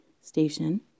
station